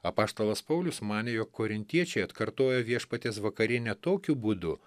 apaštalas paulius manė jog korintiečiai atkartoja viešpaties vakarienę tokiu būdu